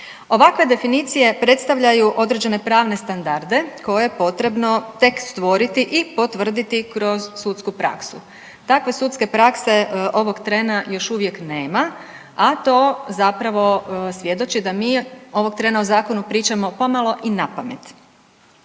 Ovakve definicije predstavljaju određene pravne standarde koje je potrebno tek stvoriti i potvrditi kroz sudsku praksu. Takve sudske prakse ovog trena još uvijek nema, a to zapravo svjedoči da mi ovog trena o zakonu pričamo pomalo i napamet.